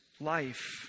life